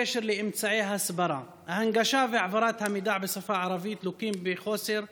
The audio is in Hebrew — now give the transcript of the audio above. בקשר לאמצעי הסברה: ההנגשה והעברת המידע בשפה הערבית לוקות בחוסר רב,